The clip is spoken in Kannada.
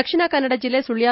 ದಕ್ಷಿಣ ಕನ್ನಡ ಜಿಲ್ಲೆ ಸುಳ್ಳ